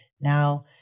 now